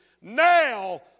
now